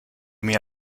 mir